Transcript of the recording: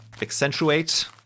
accentuate